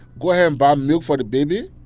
go and buy milk for the baby.